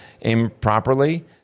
improperly